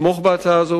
לתמוך בהצעה הזו,